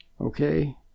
Okay